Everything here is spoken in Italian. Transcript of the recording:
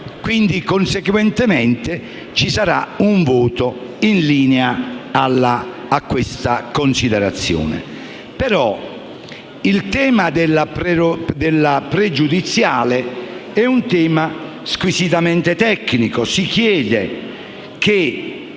quindi, conseguentemente, ci sarà un voto in linea con questa considerazione. Il tema della pregiudiziale, però, è un tema squisitamente tecnico. Si solleva